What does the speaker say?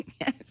Yes